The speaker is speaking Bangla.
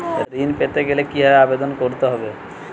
ঋণ পেতে গেলে কিভাবে আবেদন করতে হবে?